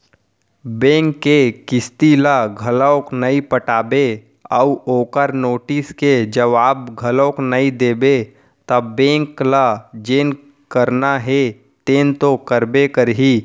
bank के किस्ती ल घलोक नइ पटाबे अउ ओखर नोटिस के जवाब घलोक नइ देबे त बेंक ल जेन करना हे तेन तो करबे करही